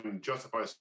justify